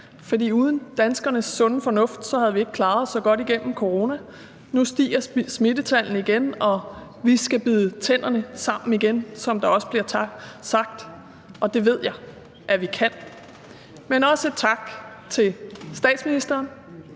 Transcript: for uden danskernes sunde fornuft havde vi ikke klaret os så godt igennem corona. Nu stiger smittetallene igen, og vi skal bide tænderne sammen igen, som det også bliver sagt, og det ved jeg at vi kan. Men også tak til statsministeren